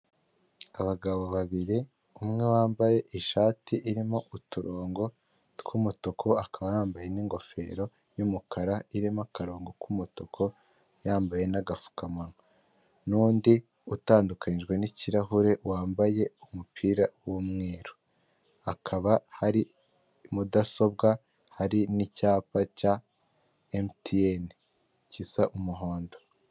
Abagabo babiri umwe wambaye ishati irimo uturongo tw'umutuku, akaba yambaye n'ingofero y'umukara irimo akarongo k'umutuku yambaye n'agapfukamunwa n'undi utandukanijwe n'ikirahure wambaye umupira w'umweru, hakaba hari mudasobwa hari n'icyapa cya emutiyene gisa umuhondo.